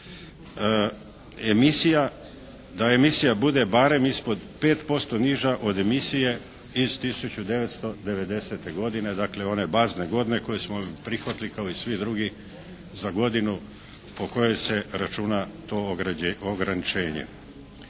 da emisija bude barem ispod 5% niža od emisije iz 1990. godine, dakle one bazne godine koju smo prihvatili kao i svi drugi za godinu po kojoj se računa to ograničenje.